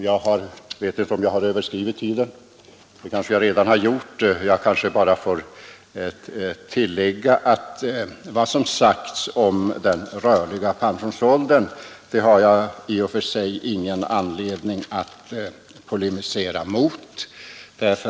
Jag har kanske redan överskridit tiden, men låt mig bara tillägga att jag har i och för sig ingen anledning att polemisera emot vad som sagts om den rörliga pensionsåldern.